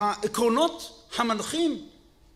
עקרונות המנחים